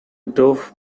dove